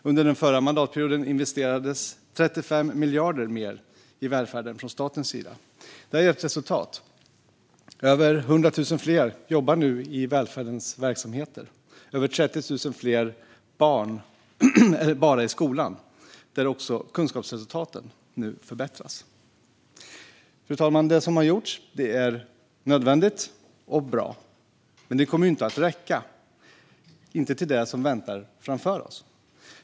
Under den förra mandatperioden investerades 35 miljarder mer i välfärden från statens sida. Det har gett resultat. Över 100 000 fler jobbar nu i välfärdens verksamheter - över 30 000 fler bara i skolan, där också kunskapsresultaten nu förbättras. Fru talman! Det som har gjorts är nödvändigt och bra men kommer inte att räcka till det som nu väntar framför oss.